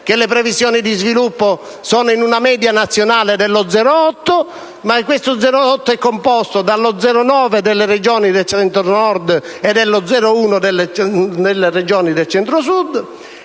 le previsioni di sviluppo sono in una media nazionale dello 0,8, ma questo 0,8 è composto dallo 0,9 delle Regioni del Centro Nord e dallo 0,1 delle Regioni del Centro-Sud).